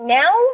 now –